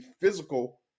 physical